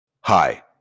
hi